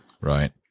Right